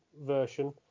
version